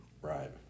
Right